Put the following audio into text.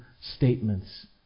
statements